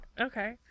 Okay